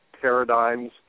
paradigms